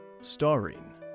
Starring